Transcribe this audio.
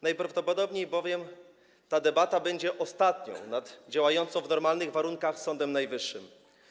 Najprawdopodobniej bowiem ta debata będzie ostatnią nad działającym w normalnych warunkach Sądem Najwyższym.